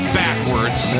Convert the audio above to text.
backwards